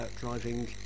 driving